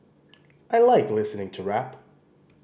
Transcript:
I like listening to rap